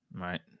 Right